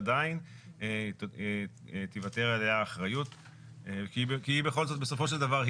ועדין תיוותר עליה אחריות כי בסופו של דבר,